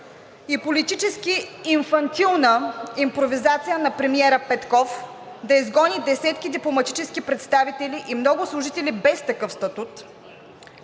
и политически инфантилна импровизация на премиера Петков да изгони десетки дипломатически представители и много служители без такъв статут.